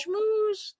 schmooze